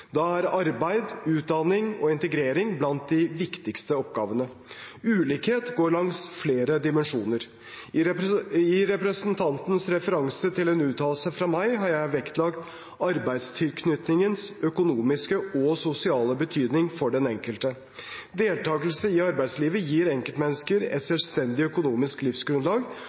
Da er arbeid, utdanning og integrering blant de viktigste oppgavene. Ulikhet går langs flere dimensjoner. I representantens referanse til en uttalelse fra meg har jeg vektlagt arbeidstilknytningens økonomiske og sosiale betydning for den enkelte. Deltakelse i arbeidslivet gir enkeltmennesker et selvstendig økonomisk livsgrunnlag